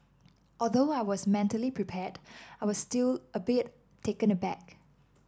although I was mentally prepared I was still a bit taken aback